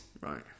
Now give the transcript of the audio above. right